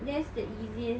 that's the easiest